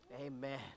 Amen